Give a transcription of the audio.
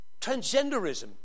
Transgenderism